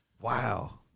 Wow